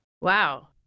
Wow